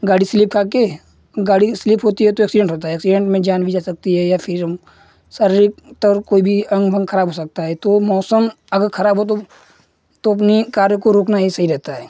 गाड़ी स्लिप खाकर गाड़ी स्लिप होती है तो एक्सीडेन्ट होता है एक्सीडेन्ट में जान भी जा सकती है या फिर हम शारीरिक तौर कोई भी अंग वंग खराब हो सकता है तो मौसम अगर खराब हो तो तो अपने कार्य को रोकना ही सही रहता है